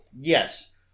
yes